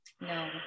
No